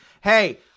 Hey